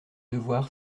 devoir